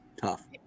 Tough